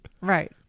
Right